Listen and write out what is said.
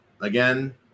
again